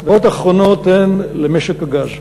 הערות אחרונות הן על משק הגז.